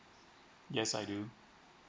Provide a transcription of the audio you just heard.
yes I do